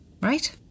Right